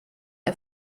der